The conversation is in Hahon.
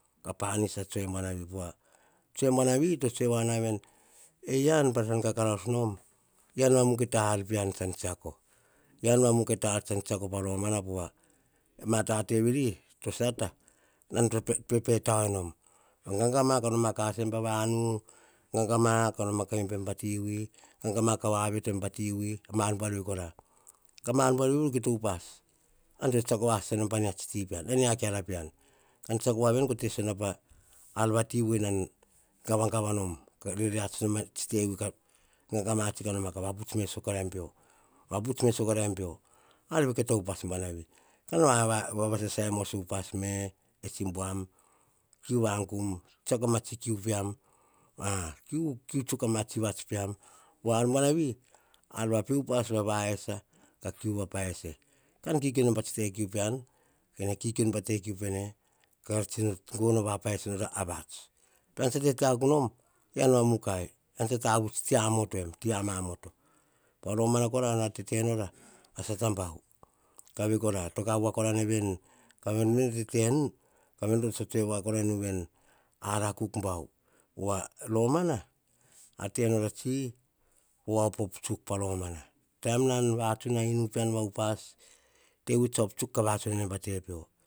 Ka panis a tsue buanavi, pova tsue buanavi to tsoe voa na vi, ean pa tsan kakaraus nom, ean va mukai, ta ar pean tsan tsiako, ean va mukai ta ar tsan tsiako pa romana. Pova ma tate veni to sata, nan pepe tao enom. Gagama, ka noma ka asa em pa vanu, gagama, ka noma ka imbem pa ti vui, ka vaviotoem pa ti vui, ama ar buar veri kora. Ka ma aar buar veri voro kito upas. Ean to tse tsako vasata enom pa mia tsi ti pean, a mia keara pean, nan tsiako voa veni, ko te sisio ena pa ar vati vui nom gavagava nom. Ka rereats a tsi te vui, ka gagama ka vaputs me sakoraim pio, vaputs e sakoraim peo. ar a kita upas buanavi. Kan va sasaimoso upas me, etsi buam, kiu vagum, tsiako a ma tsi kiu pean, kiu tsuk ama tsi vats peam, ar buanavi ar va pe upas pa vaesa. Kiu vapaese, kikiu enom pa kiu pean, kene kikiu enu pa te kui pene. Kara sino gogono vapaese nora vats ete akuk nom ean va mukai, motoem, ti amamoto em. Pa romana kora nara tete nora, a sata bau. Kavei koro to kav voa kora ne veni. Ka ven me nene tenu, ka ven kora nene tsotsoe voa ko rai nuveni, ara kuk bau, pova romana, nara tenora tsi, po opop tsuk pa romana. Taim non vatsun a inu pean va upas, tevui tsa op tsuk ka vatsun ene pa tepio.